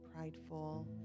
prideful